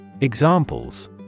Examples